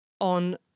on